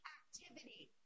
activity